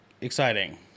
exciting